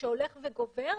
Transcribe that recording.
שהולך וגובר,